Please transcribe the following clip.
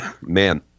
Man